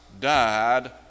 died